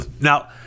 Now